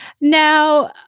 Now